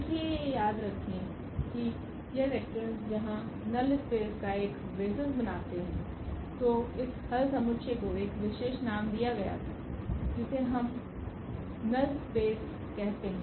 इसलिए ये याद रखें की यह वेक्टर यहां नल स्पेस का एक बेसिस बनाते हैं तो इस हल समुच्चय को एक विशेष नाम दिया गया था जिसे हम नल स्पेस कहते है